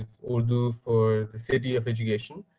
urdu for the city of education.